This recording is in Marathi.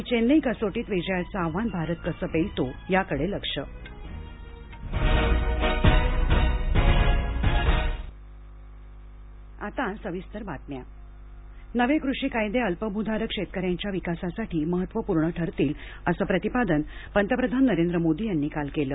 चेन्नई कसोटीत विजयाचं आव्हान भारत कसं पेलतो याकडे लक्ष पंतप्रधान राज्यसभा नवे कृषी कायदे अल्पभूधारक शेतकऱ्यांच्या विकासासाठी महत्त्वपूर्ण ठरतील असं प्रतिपादन पंतप्रधान नरेंद्र मोदी यांनी काल केलं